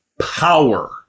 power